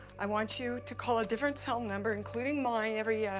i want you to call a different cell number, including mine, every yeah